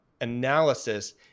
analysis